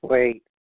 Wait